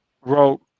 wrote